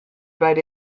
but